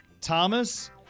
Thomas